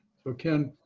so ken,